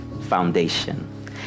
foundation